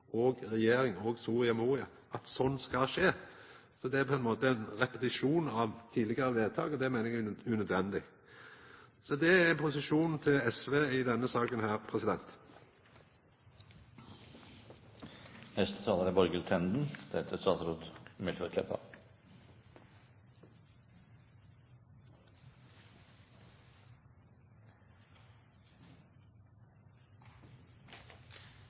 og regjering og i Soria Moria – at det skal skje. Det er på ein måte ein repetisjon av tidlegare vedtak, og det meiner eg er unødvendig. Det er posisjonen til SV i denne